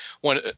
One